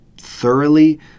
thoroughly